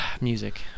Music